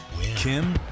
Kim